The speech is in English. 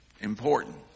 Important